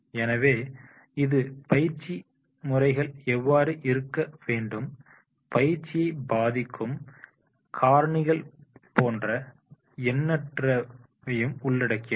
எனவே இதுபயிற்சி முறைகள் எவ்வாறு இருக்க வேண்டும் பயிற்சியை பாதிக்கும் காரணிகள் போன்ற எல்லாவற்றையும் உள்ளடக்கியது